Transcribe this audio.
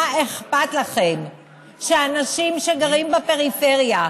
מה אכפת לכם שאנשים שגרים בפריפריה,